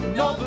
no